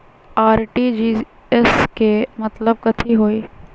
RTGS के मतलब कथी होइ?